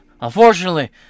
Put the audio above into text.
Unfortunately